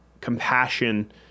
compassion